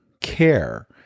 care